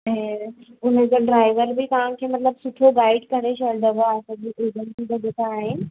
ऐं हुन जो ड्राइवर बि तव्हांखे मतलबु सुठो गाइड करे छॾंदव असांजी एजंसी जा जेका आहिनि